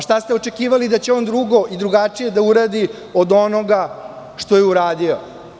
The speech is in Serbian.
Šta ste očekivali da će on drugo i drugačije da uradi od onoga što je uradio?